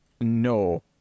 No